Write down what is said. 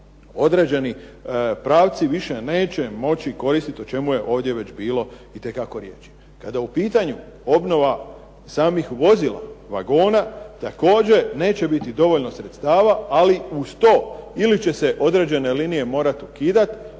određeni pravci više neće moći koristiti o čemu je ovdje već bilo itekako riječi. Kada je u pitanju obnova samih vozila, vagona, također neće biti dovoljno sredstava, ali uz to ili će se određene linije morati ukidati,